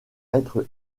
être